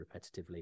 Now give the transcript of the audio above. repetitively